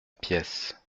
pièce